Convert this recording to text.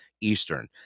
Eastern